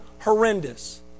horrendous